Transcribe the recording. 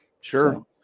Sure